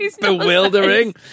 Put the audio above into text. Bewildering